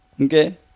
Okay